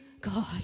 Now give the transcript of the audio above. God